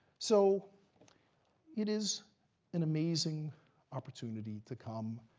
so it is an amazing opportunity to come,